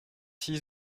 six